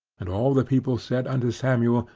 and all the people said unto samuel,